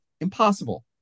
impossible